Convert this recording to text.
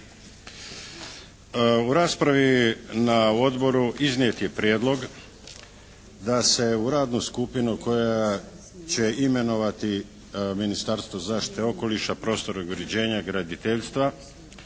U raspravi na odboru iznijet je prijedlog da se u radnu skupinu koja će imenovati Ministarstvo zaštite okoliša, prostornog uređenja i graditeljstva